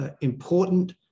important